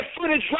footage